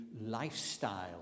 lifestyle